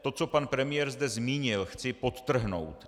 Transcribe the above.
To, co zde pan premiér zmínil, chci podtrhnout.